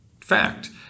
fact